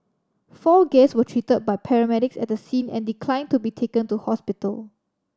four guest were treated by paramedics at the scene and declined to be taken to hospital